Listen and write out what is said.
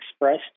expressed